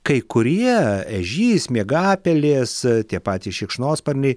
kai kurie ežys miegapelės tie patys šikšnosparniai